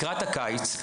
לקראת הקיץ,